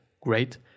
great